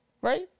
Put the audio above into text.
right